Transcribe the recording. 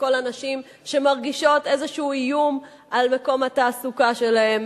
לכל הנשים שמרגישות איזה איום על מקום התעסוקה שלהן,